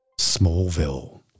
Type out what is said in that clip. Smallville